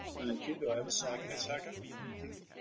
thank you. do i have a second? i second. thank you.